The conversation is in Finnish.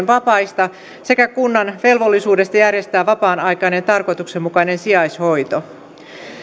vapaista sekä kunnan velvollisuudesta järjestää vapaan aikainen tarkoituksenmukainen sijaishoito